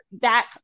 that-